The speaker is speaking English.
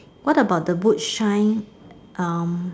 what about the boot shine um